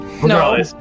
No